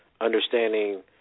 understanding